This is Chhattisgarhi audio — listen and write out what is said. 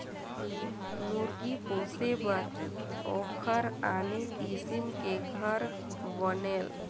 मुरगी पोसे बर ओखर आने किसम के घर बनेल